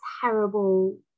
terrible